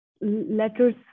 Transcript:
letters